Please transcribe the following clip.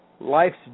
Life's